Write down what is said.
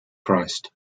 christ